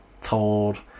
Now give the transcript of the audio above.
told